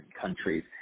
countries